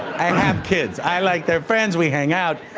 i have kids i like their friends, we hang out.